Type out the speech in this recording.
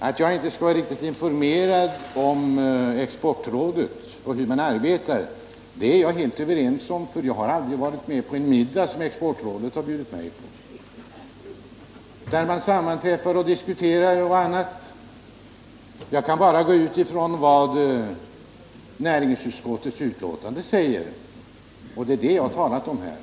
Att jag inte skulle vara riktigt informerad om Exportrådet och hur det arbetar är jag helt överens med Sven Andersson om, för jag har aldrig varit på någon middag med Exportrådet, där man sammanträffar, diskuterar m.m. Jag kan bara utgå från vad som står i näringsutskottets betänkande, och det är det jag har talat om här.